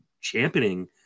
championing